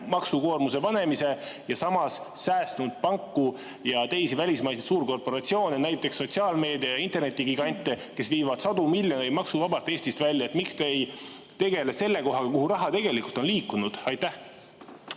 maksukoormuse panemise, aga samas säästnud panku ja teisi välismaised suurkorporatsioone, näiteks sotsiaalmeedia- ja internetigigante, kes viivad sadu miljoneid maksuvabalt Eestist välja? Miks te ei tegele selle kohaga, kuhu raha tegelikult on liikunud? Aitäh,